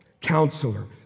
Counselor